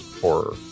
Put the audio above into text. horror